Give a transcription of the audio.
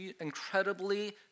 incredibly